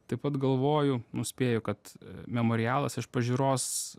taip pat galvoju nu spėju kad memorialas iš pažiūros